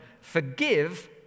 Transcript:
Forgive